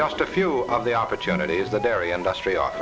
just a few of the opportunities that area industry off